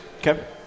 Okay